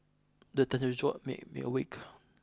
the thunder jolt me me awake